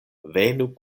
venu